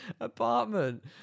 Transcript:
apartment